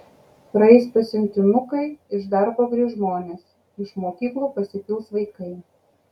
praeis pasiuntinukai iš darbo grįš žmonės iš mokyklų pasipils vaikai